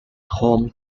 home